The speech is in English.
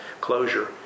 closure